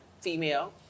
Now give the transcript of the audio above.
female